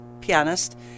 pianist